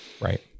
Right